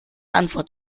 antwort